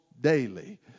daily